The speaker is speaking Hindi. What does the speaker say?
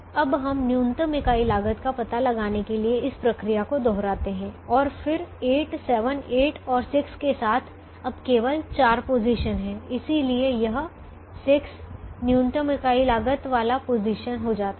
अब हम न्यूनतम इकाई लागत का पता लगाने के लिए इस प्रक्रिया को दोहराते हैं और फिर 8 7 8 और 6 के साथ अब केवल चार पोजीशन हैं इसलिए यह 6 न्यूनतम इकाई लागत वाला पोजीशन हो जाता है